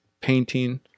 painting